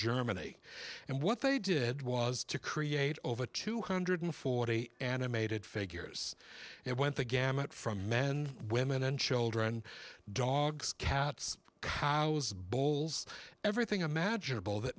germany and what they did was to create over two hundred forty animated figures and it went the gamut from men women and children dogs cats how's bowls everything imaginable that